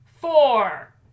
four